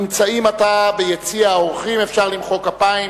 והגנת הסביבה ולוועדת החוקה, חוק ומשפט נתקבלה.